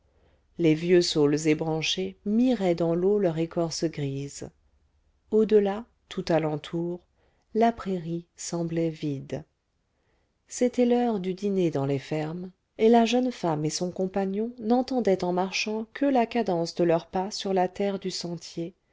les vieux saules ébranchés miraient dans l'eau leur écorce grise au delà tout alentour la prairie semblait vide c'était l'heure du dîner dans les fermes et la jeune femme et son compagnon n'entendaient en marchant que la cadence de leurs pas sur la terre du sentier